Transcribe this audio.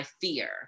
fear